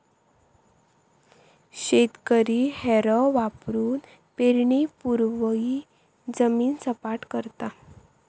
शेतकरी हॅरो वापरुन पेरणीपूर्वी जमीन सपाट करता